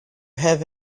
have